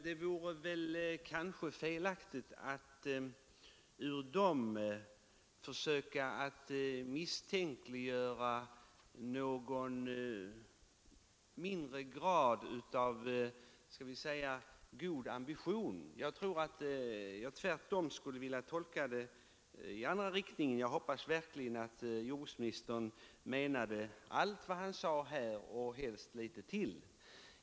Det vore väl felaktigt att med utgångspunkt i dessa uttalanden försöka misstänkliggöra jordbruksministerns goda vilja. Tvärtom vill jag tolka uttalandena i andra riktningen — jag hoppas verkligen att jordbruksministern menade allt vad han sade och helst litet till.